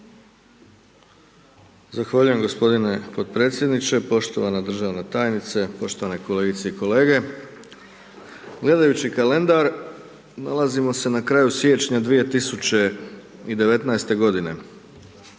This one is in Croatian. Zahvaljujem g. potpredsjedniče, poštovana državna tajnice, poštovane kolegice i kolege, gledajući kalendar, nalazimo se na kraju siječnja 2019.-te godine,